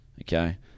okay